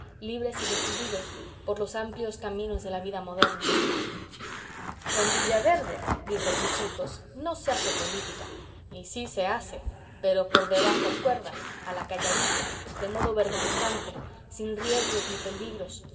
libres y decididos por los amplios caminos de la vida moderna en villaverde dicen sus hijos no se hace política y sí se hace pero por debajo cuerda a la calladita de modo vergonzante sin riesgos ni peligros